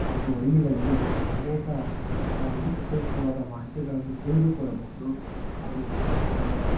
ಹಾಗೂ ಹಳ್ಳಿಗಳಲ್ಲಿ ಅನೇಕ ಉಪಯುಕ್ತವಾದ ಮಾಹಿತಿಗಳನ್ನು ತಿಳಿದುಕೊಳ್ಳಬಹುದು ಹಾಗೂ ತನ್ನ